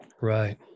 Right